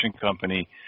company